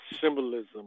symbolism